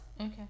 Okay